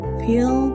feel